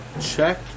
check